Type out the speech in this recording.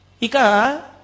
Ika